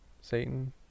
Satan